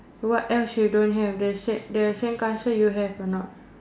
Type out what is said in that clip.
what else you don't have the set the sandcastle you have or not